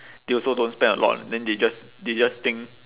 they also don't spend a lot then they just they just think